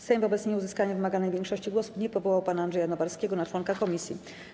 Sejm wobec nieuzyskania wymaganej większości głosów nie powołał pana Andrzeja Nowarskiego na członka komisji.